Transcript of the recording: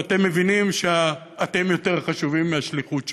ואתם מבינים שאתם יותר חשובים מהשליחות שלכם.